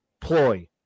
ploy